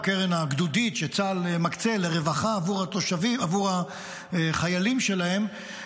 או הקרן הגדודית שצה"ל מקצה לרווחה עבור החיילים שלהם,